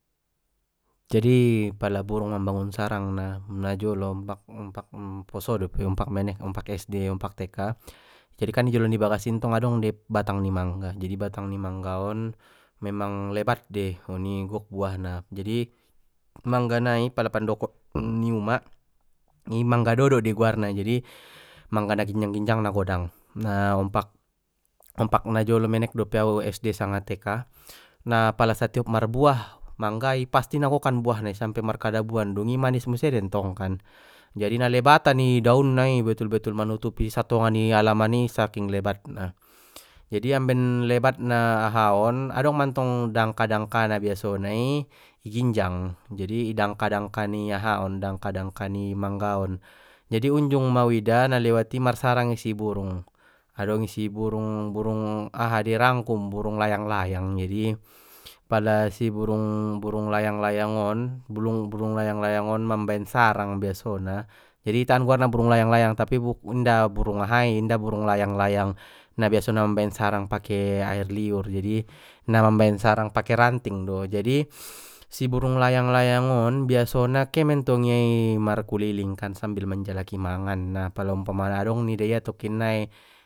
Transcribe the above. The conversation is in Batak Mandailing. Jadi pala burung mambangun sarangna najolo ompak-ompak poso ompak menek ompak es de ompak te ka jadikan i jolo ni bagas i adong dentong batang ni mangga jadi batang ni mangga on memang lebat dei oni gok buahna jadi, mangga nai pala pandokon ni umak i mangga dodo dei guarna na jadi mangga na ginjang ginjang na godang na ompak na jolo menek dope au es de sanga te ka na pala satiop marbuah mangga i pasti nagokkan buah na i sampe markadabuan dungi manis muse dentongkan jadi na lebatan i daun na i betul betul manutupi satonga ni alaman i saking lebatna, jadi amben lebatna ahaon adong mantong dangka dangka na biasona i iginjang jadi i dangka dangka ni aha on dangka dangka ni mangga on jadi unjung ma uida na lewati marsarang i si burung adong isi burung-burung aha dei rangku burung layang layang jadi pala si burung-burung layang layang on burung burung layang layang on mambaen sarang biasona jadi ita an guarna burung layang layang tapi inda burung aha i inda burung layang layang na biaso na mambaen sarang pake air liur jadi na mamben sarang pake ranting do, jadi si burung layang layangon biasona ke mentong ia markuliling kan sambil manjalaki mangan na pala umpama adong nida ia tokinnai.